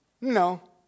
No